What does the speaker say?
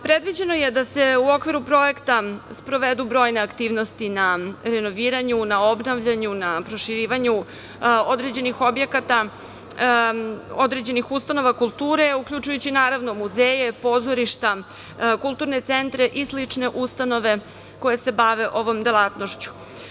Predviđeno je da se u okviru projekta sprovedu brojne aktivnosti na renoviranju, na obnavljanju, na proširivanju određenih objekata, određenih ustanova kulture, uključujući, naravno, muzeje, pozorišta, kulturne centre i slične ustanove koje se bave ovom delatnošću.